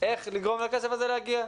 איך לגרום לכסף הזה להגיע,